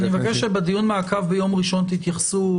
אני מבקש שבדיון מעקב ביום ראשון תתייחסו.